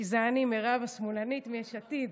כי זה אני, מירב השמאלנית מיש עתיד,